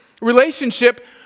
relationship